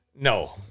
No